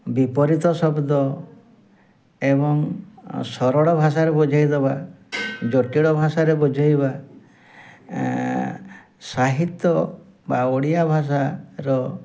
ବିପରୀତ ଶବ୍ଦ ଏବଂ ସରଳ ଭାଷାରେ ବୁଝେଇଦେବା ଜଟିଳ ଭାଷାରେ ବୁଝେଇବା ସାହିତ୍ୟ ବା ଓଡ଼ିଆ ଭାଷାର